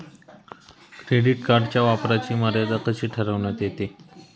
Credit कार्डच्या वापराची मर्यादा कशी ठरविण्यात येते?